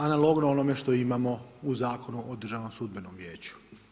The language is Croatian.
Analogno onome što imamo u Zakonu o Državnom sudbenom vijeću.